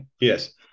Yes